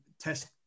test